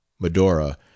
Medora